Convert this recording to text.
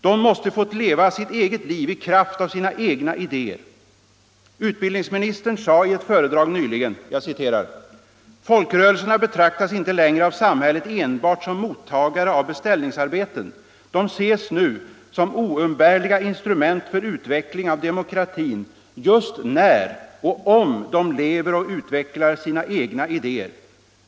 De måste få leva sitt eget liv i kraft av sina egna idéer. Utbildningsministern sade i ett föredrag nyligen: ”Folkrörelserna betraktas inte längre av samhället enbart som mottagare av beställningsarbeten; de ses nu som oumbärliga instrument för utveckling av demokratin just när och om de lever och utvecklar sina egna idéer.